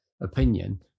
opinion